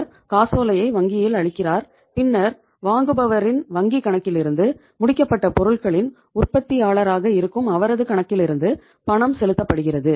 அவர் காசோலையை வங்கியில் அளிக்கிறார் பின்னர் வாங்குபவரின் வங்கிக் கணக்கிலிருந்து முடிக்கப்பட்ட பொருளின் உற்பத்தியாளராக இருக்கும் அவரது கணக்கிலிருந்து பணம் செலுத்தப்படுகிறது